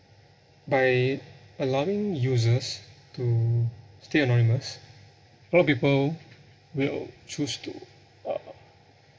by allowing users to stay anonymous a lot of people will choose to uh